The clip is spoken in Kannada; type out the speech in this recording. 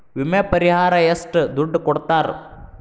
ವಿಮೆ ಪರಿಹಾರ ಎಷ್ಟ ದುಡ್ಡ ಕೊಡ್ತಾರ?